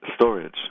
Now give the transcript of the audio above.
storage